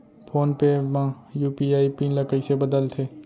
Phone पे म UPI PIN ल कइसे बदलथे?